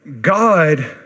God